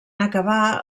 acabar